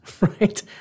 right